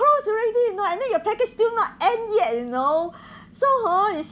close already you know and then your package still not end yet you know so hor is